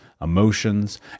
emotions